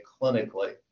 clinically